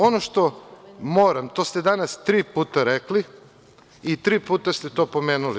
Ono što moram, to ste danas tri puta rekli, i tri puta ste to pomenuli.